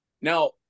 Now